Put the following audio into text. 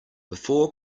before